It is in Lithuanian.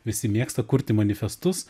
visi mėgsta kurti manifestus